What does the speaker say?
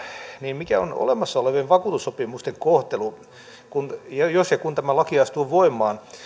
niin mikä on olemassa olevien vakuutussopimusten kohtelu jos ja kun tämä laki astuu voimaan